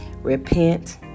Repent